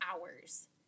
hours